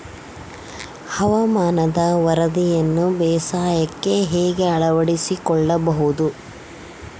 ಹವಾಮಾನದ ವರದಿಯನ್ನು ಬೇಸಾಯಕ್ಕೆ ಹೇಗೆ ಅಳವಡಿಸಿಕೊಳ್ಳಬಹುದು?